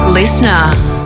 listener